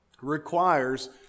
requires